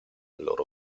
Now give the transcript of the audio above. loro